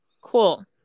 Cool